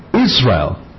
Israel